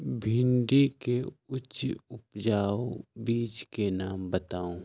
भिंडी के उच्च उपजाऊ बीज के नाम बताऊ?